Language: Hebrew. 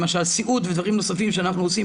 למשל סיעוד ודברים נוספים שאנחנו עושים